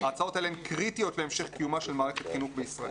ההצעות האלה הן קריטיות להמשך קיומה של מערכת החינוך בישראל.